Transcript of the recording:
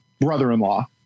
brother-in-law